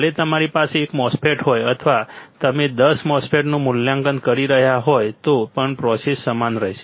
ભલે તમારી પાસે એક MOSFET હોય અથવા તમે દસ MOSFET નું મૂલ્યાંકન કરી રહ્યા હોય તો પણ પ્રોસેસ સમાન રહે છે